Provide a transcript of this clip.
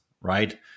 right